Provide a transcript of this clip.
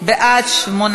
קבוצת סיעת מרצ,